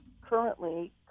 currently